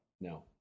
No